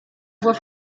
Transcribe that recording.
voix